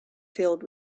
filled